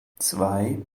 zwei